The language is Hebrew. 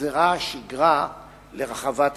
הוחזרה השגרה לרחבת הכותל.